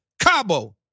Cabo